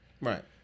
right